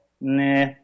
nah